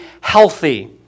healthy